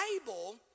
Bible